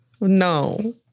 no